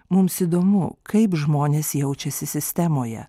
mums įdomu kaip žmonės jaučiasi sistemoje